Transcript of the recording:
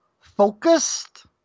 focused